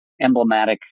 emblematic